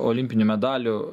olimpinių medalių